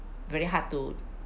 very hard to